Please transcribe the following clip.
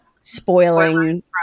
spoiling